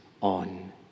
on